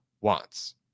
wants